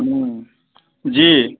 हूँ जी